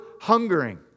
hungering